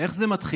איך זה מתחיל?